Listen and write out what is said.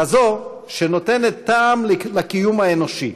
כזאת שנותנת טעם לקיום האנושי,